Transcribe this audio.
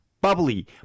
Bubbly